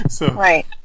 Right